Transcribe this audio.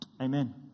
Amen